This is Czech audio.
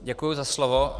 Děkuji za slovo.